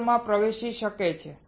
ચેમ્બરમાં પ્રવેશી શકે છે